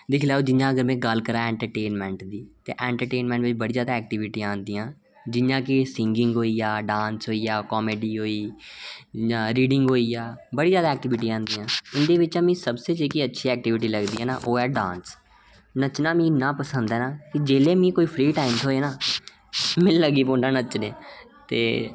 दिक्खी लैओ जि'यां में गल्ल करां इंटरटेनमैंट दी ते इंटरटेनमैंट बिच बड़ी जैदा ऐक्टिविटीयां औंदियां न जि'यां कि सिंगिंग होई डांस होई गेआ ते कॉमेडी जां रीडिंग होई गेआ ते बड़ी जैदा ऐक्टिविटीयां इं'दे बिचा जेह्ड़ी मिगी सबसे अच्छी ऐक्टिविटी लगदी ओह् ऐ डांस नच्चना मिगी इन्ना पसंद ऐ कि जिसलै मिगी कुतै फ्री टैम थ्होऐ में लग्गी पौना नचने गी